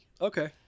Okay